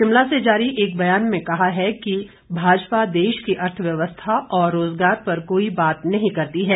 शिमला से जारी एक ब्यान में उन्होंने कहा है कि भाजपा देश की अर्थव्यवस्था और रोजगार पर कोई बात नहीं करती है